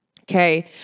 Okay